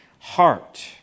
heart